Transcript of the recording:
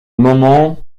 moment